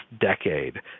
decade